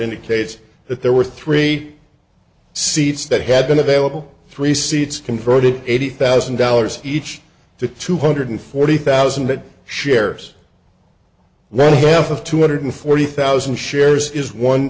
indicates that there were three seats that had been available three seats converted eighty thousand dollars each to two hundred forty thousand shares none of them of two hundred forty thousand shares is one